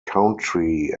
country